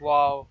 Wow